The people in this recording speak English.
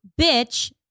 Bitch